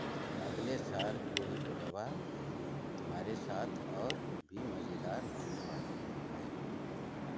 अगले साल गुड़ीपड़बा तुम्हारे साथ और भी मज़ेदार होने वाली है